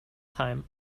time